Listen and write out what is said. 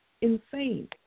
insane